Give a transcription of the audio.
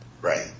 Right